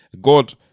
God